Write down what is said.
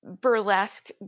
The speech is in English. burlesque